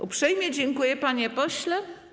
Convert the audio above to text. Uprzejmie dziękuję, panie pośle.